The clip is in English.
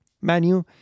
menu